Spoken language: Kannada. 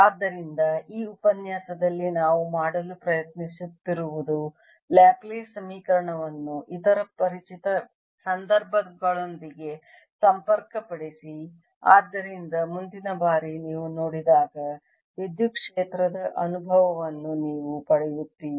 ಆದ್ದರಿಂದ ಈ ಉಪನ್ಯಾಸದಲ್ಲಿ ನಾವು ಮಾಡಲು ಪ್ರಯತ್ನಿಸುತ್ತಿರುವುದು ಲ್ಯಾಪ್ಲೇಸ್ ಸಮೀಕರಣವನ್ನು ಇತರ ಪರಿಚಿತ ಸಂದರ್ಭಗಳೊಂದಿಗೆ ಸಂಪರ್ಕಪಡಿಸಿ ಆದ್ದರಿಂದ ಮುಂದಿನ ಬಾರಿ ನೀವು ನೋಡಿದಾಗ ವಿದ್ಯುತ್ ಕ್ಷೇತ್ರದ ಅನುಭವವನ್ನು ನೀವು ಪಡೆಯುತ್ತೀರಿ